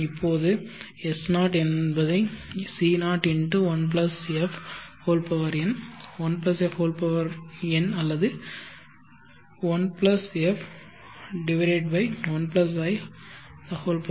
இப்போது S0 என்பதை C01fn 1fn அல்லது 1f1in